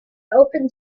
open